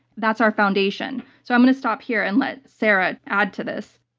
that's our foundation. so, i'm going to stop here and let sarah add to this.